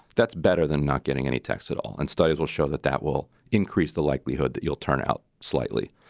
that's better than not getting any text at all. and studies will show that that will increase the likelihood that you'll turn out slightly.